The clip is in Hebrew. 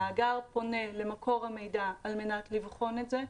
המאגר פונה למקור המידע על מנת לבחון את זה,